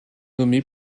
nommée